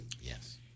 Yes